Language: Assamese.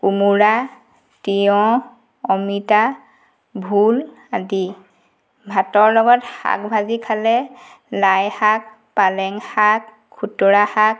কোমোৰা তিঁয়হ অমিতা ভোল আদি ভাতৰ লগত শাক ভাজি খালে লাই শাক পালেং শাক খোতোৰা শাক